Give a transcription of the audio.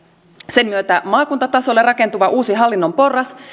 sen myötä maakuntatasolle rakentuva uusi hallinnon porras